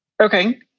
Okay